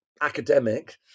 academic